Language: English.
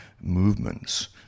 movements